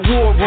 War